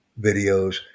videos